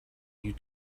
you